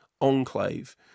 enclave